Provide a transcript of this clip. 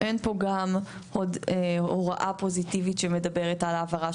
אין פה גם עוד הוראה פוזיטיבית שמדברת על העברה